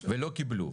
ולא קיבלו.